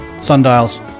sundials